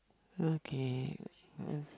okay